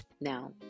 Now